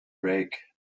rake